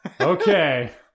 Okay